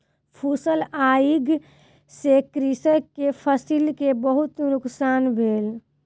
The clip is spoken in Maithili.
फूसक आइग से कृषक के फसिल के बहुत नुकसान भेल